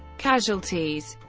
casualties